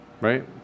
right